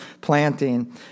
planting